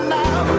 now